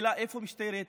השאלה היא איפה משטרת ישראל.